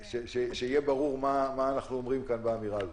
שיהיה ברור מה אנחנו אומרים כאן באמירה הזאת.